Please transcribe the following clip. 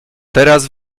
teraz